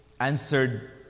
answered